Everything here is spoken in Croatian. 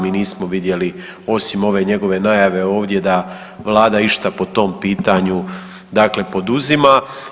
Mi nismo vidjeli osim ove njegove najave ovdje da Vlada išta po tom pitanju poduzima.